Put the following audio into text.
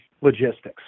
logistics